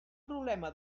problema